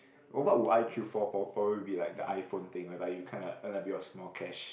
oh but would I queue for probably be like the iPhone thing whereby you kind of earned a bit of small cash